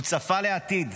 הוא צפה לעתיד,